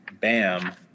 bam